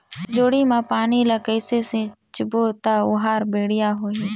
जोणी मा पानी ला कइसे सिंचबो ता ओहार बेडिया होही?